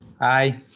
Hi